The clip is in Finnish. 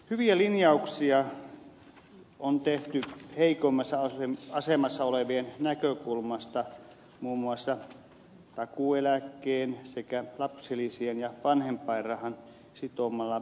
hyviä linjauksia on tehty heikoimmassa asemassa olevien näkökulmasta muun muassa takuueläke sekä lapsilisien ja vanhempainrahan sitominen indeksiin